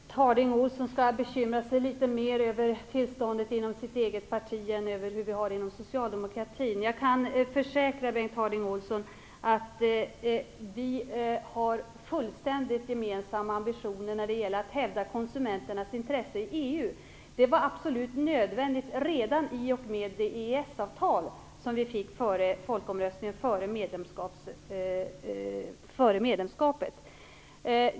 Fru talman! Jag tycker att Bengt Harding Olson skall bekymra sig litet mer över tillståndet i sitt eget parti än över hur vi har det inom socialdemokratin. Jag kan försäkra Bengt Harding Olson att vi har gemensamma ambitioner när det gäller att hävda konsumenternas intresse i EU. Det var absolut nödvändigt redan i och med det EES-avtal som vi fick före folkomröstningen och före medlemskapet.